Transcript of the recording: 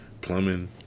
plumbing